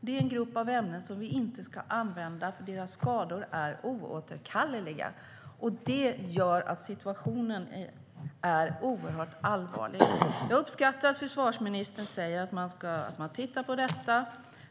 Det är en grupp av ämnen som vi inte ska använda, för skadorna är oåterkalleliga. Det gör situationen oerhört allvarlig. Jag uppskattar att försvarsministern säger att man tittar på detta.